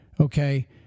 okay